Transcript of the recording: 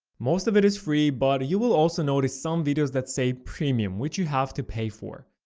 most of it is free, but you will also notice some videos that say premium, which you have to pay for.